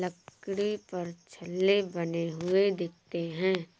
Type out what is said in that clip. लकड़ी पर छल्ले बने हुए दिखते हैं